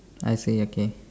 I say okay